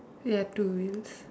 you have to use